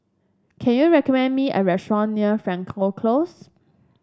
can you recommend me a restaurant near Frankel Close